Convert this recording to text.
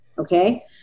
Okay